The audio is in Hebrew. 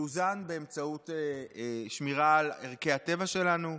יאוזן באמצעות שמירה על ערכי הטבע שלנו.